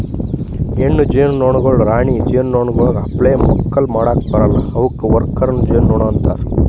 ಹೆಣ್ಣು ಜೇನುನೊಣಗೊಳ್ ರಾಣಿ ಜೇನುನೊಣಗೊಳ್ ಅಪ್ಲೆ ಮಕ್ಕುಲ್ ಮಾಡುಕ್ ಬರಲ್ಲಾ ಅವುಕ್ ವರ್ಕರ್ ಜೇನುನೊಣ ಅಂತಾರ